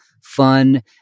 fun